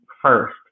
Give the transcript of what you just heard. first